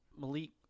Malik